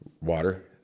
Water